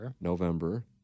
november